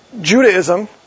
Judaism